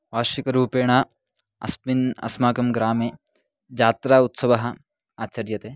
वार्षिकरूपेण अस्मिन् अस्माकं ग्रामे जात्रा उत्सवः आचर्यते